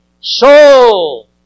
Soul